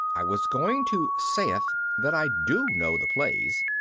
i was going to sayest that i do know the plays.